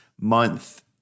month